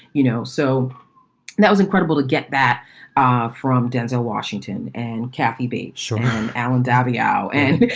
you know? so that was incredible to get that ah from denzel washington and kathy be sean allen dabby out and, but